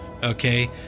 Okay